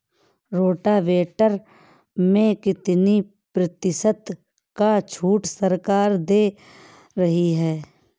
Rotavator में कितनी प्रतिशत का छूट सरकार दे रही है?